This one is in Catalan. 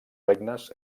regnes